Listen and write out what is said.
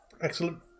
Excellent